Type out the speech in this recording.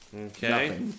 Okay